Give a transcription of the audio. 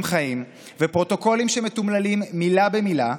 חיים ופרוטוקולים שמתומללים מילה במילה,